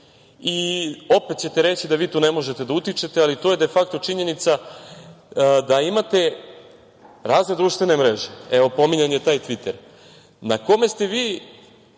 Opet ćete reći da vi tu ne možete da utičete, ali do je de fakto činjenica da imate razne društvene mreže. Evo pominjan je taj „tviter“, na kome neki